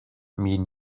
mean